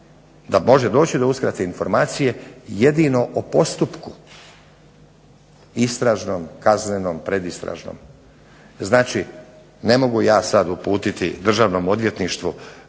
da može doći do uskrate informacije jedino o postupku istražnom, kaznenom, predistražnom. Znači ne mogu sada ja uputiti Državnom odvjetništvu